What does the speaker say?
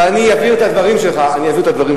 אבל אני אביא את הדברים שלך לנשיאות,